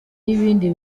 y’ibindi